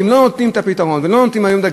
ואם לא נותנים את הפתרון ולא שמים היום דגש,